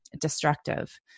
destructive